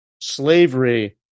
Slavery